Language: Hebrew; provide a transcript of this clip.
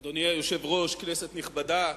אדוני היושב-ראש, כנסת נכבדה,